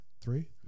Three